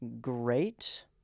great